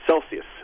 Celsius